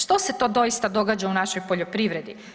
Što se to doista događa u našoj poljoprivredi?